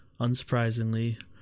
unsurprisingly